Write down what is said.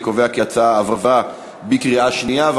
אני קובע כי ההצעה עברה בקריאה שנייה.